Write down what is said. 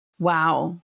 Wow